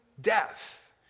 death